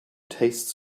taste